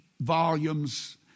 volumes